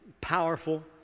powerful